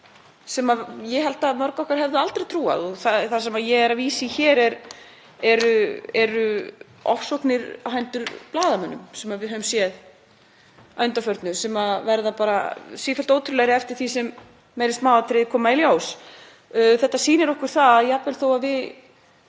sem ég held að mörg okkar hefðu aldrei getað trúað. Það sem ég er að vísa í hér eru ofsóknir á hendur blaðamönnum sem við höfum séð að undanförnu sem verða bara sífellt ótrúlegri eftir því sem meiri smáatriði koma í ljós. Þetta sýnir okkur það að jafnvel þó að við